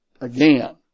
again